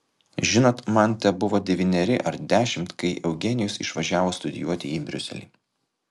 žinot man tebuvo devyneri ar dešimt kai eugenijus išvažiavo studijuoti į briuselį